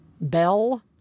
Bell